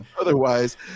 Otherwise